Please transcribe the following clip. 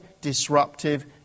disruptive